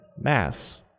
Mass